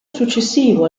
successivo